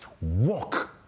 walk